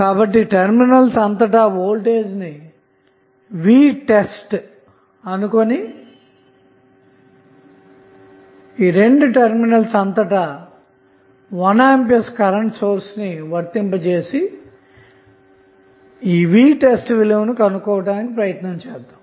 కాబట్టి టెర్మినల్ అంతటా గల వోల్టేజ్ నిvtest అనుకొని 2 టెర్మినల్స్ అంతటా 1 A కరెంట్ సోర్స్ ను వర్తింపజేసి vtest విలువను కనుగొందాము